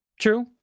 True